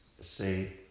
say